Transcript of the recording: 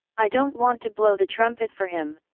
i don't want to blow the trumpet for him!